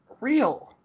real